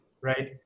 right